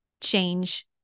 change